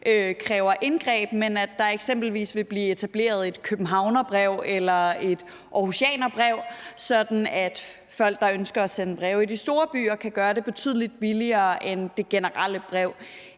kræver indgreb, men hvor der eksempelvis vil blive etableret et københavnerbrev eller et aarhusianerbrev, sådan at folk, der ønsker at sende breve i de store byer, kan gøre det betydelig billigere end det generelle brev